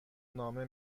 نامه